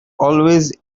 always